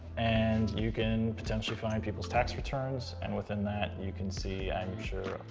and you can, potentially, find people's tax returns. and within that, you can see, i'm sure,